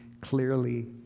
clearly